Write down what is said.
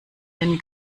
den